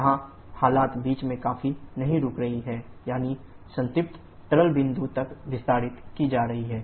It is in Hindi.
यहाँ हालत बीच में कहीं नहीं रुक रही है यानी संतृप्त तरल बिंदु तक विस्तारित की जा रही है